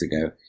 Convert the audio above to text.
ago